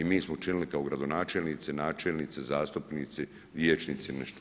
I mi smo učinili kao gradonačelnici, načelnici, zastupnici, vijećnici nešto.